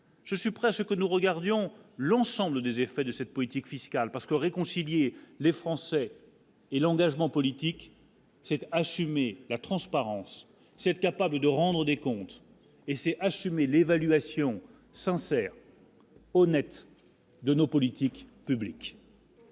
Je suis prêt à ce que nous regardions l'ensemble des effets de cette politique fiscale parce que réconcilier les Français. Et l'engagement politique, c'est assumer la transparence cette capable de rendre des comptes et c'est assumer l'évaluation sincère. Honnête de nos politiques publiques.